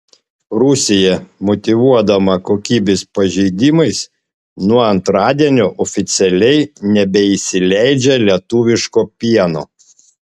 rusija motyvuodama kokybės pažeidimais nuo antradienio oficialiai nebeįsileidžia lietuviško pieno